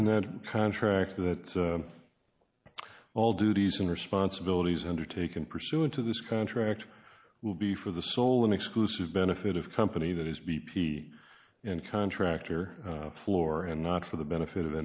in that contract that all duties and responsibilities undertaken pursuant to this contract will be for the sole and exclusive benefit of company that is b p and contractor floor and not for the benefit of